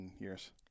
years